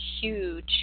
huge